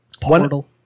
portal